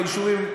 ביישובים,